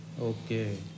Okay